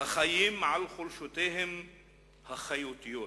החיים על חולשותיהם החייתיות,